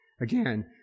Again